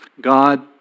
God